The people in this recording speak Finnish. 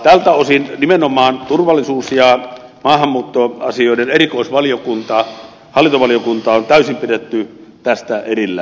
tältä osin nimenomaan turvallisuus ja maahanmuuttoasioiden erikoisvaliokunta hallintovaliokunta on täysin pidetty tästä erillään